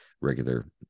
regular